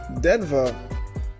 Denver